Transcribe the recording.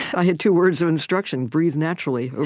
i had two words of instruction breathe naturally